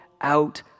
out